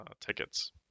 tickets